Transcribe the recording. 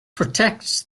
protects